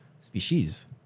species